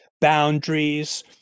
boundaries